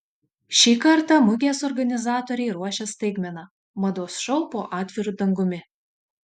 šį kartą mugės organizatoriai ruošia staigmeną mados šou po atviru dangumi